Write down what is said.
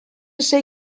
sei